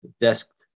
desk